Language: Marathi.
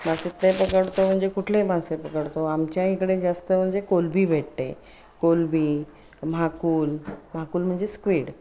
मासेतले पकडतो म्हणजे कुठले मासे पकडतो आमच्या इकडे जास्त म्हणजे कोलंबी भेटते कोलंबी म्हाकुल म्हाकुल म्हणजे स्क्वेड